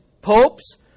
popes